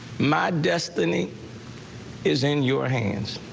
my destiny is in your hands.